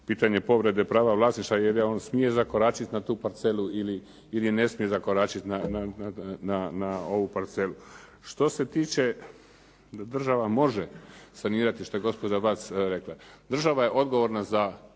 pitanje povrede prava vlasništva jer on smije zakoračit na tu parcelu ili ne smije zakoračit na ovu parcelu. Što se tiče da država može sanirati, što je gospođa Vac rekla. Država je odgovorna za